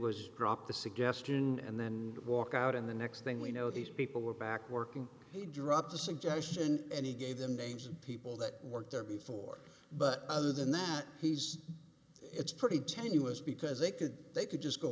was drop the suggestion and then walk out in the next thing we know these people were back working he dropped the suggestion and he gave them names of people that worked there before but other than that he's it's pretty tenuous because they could they could just go